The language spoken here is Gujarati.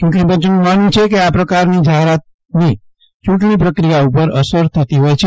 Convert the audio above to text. ચૂંટણીપંચનું માનવું છે કે આ પ્રકારની જાહેરાતની ચૂંટણી પ્રક્રિયા ઉપર અસર થતી હોય છે